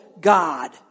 God